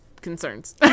concerns